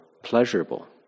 pleasurable